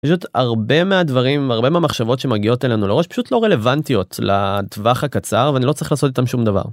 הרבה מהדברים הרבה מהמחשבות שמגיעות אלינו לראש פשוט לא רלוונטיות לטווח הקצר ואני לא צריך לעשות איתם שום דבר.